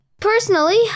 personally